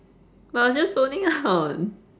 but I was just zoning out